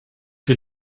die